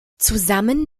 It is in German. zusammen